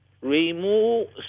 remove